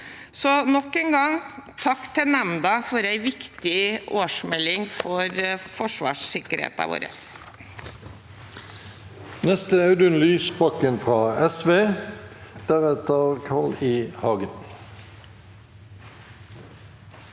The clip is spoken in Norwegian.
Takk til nemnda for en viktig årsmelding for forsvarssikkerheten vår.